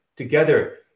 together